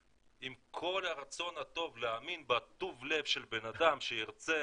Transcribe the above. עם כל הרצון הטוב להאמין בטוב לב של בן אדם שירצה,